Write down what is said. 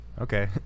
Okay